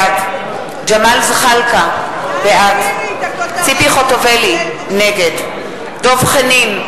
בעד ג'מאל זחאלקה, בעד ציפי חוטובלי, נגד דב חנין,